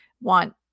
want